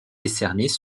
décernés